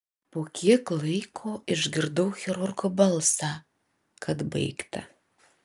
po kiek laiko išgirdau chirurgo balsą kad baigta